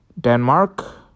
Denmark